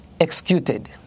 executed